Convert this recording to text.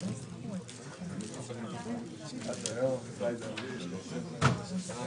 שנביא באישור סוף שנה בשבוע הבא.